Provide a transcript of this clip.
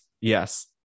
yes